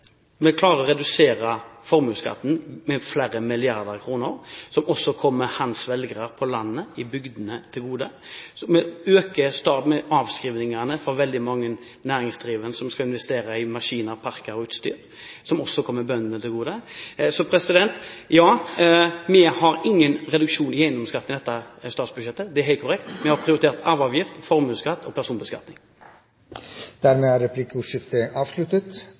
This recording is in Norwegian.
Senterpartiet klarer. Vi klarer å redusere formuesskatten med flere milliarder kroner, som også kommer hans velgere på landet og i bygdene til gode. Vi øker avskrivningene for veldig mange næringsdrivende som skal investere i maskinparker og utstyr, som også kommer bøndene til gode. Vi har ingen reduksjon i eiendomsskatten i vårt alternative statsbudsjett, det er helt korrekt. Vi har prioritert arveavgift, formuesskatt og personbeskatning. Replikkordskiftet er